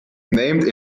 named